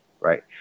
right